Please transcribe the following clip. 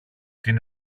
την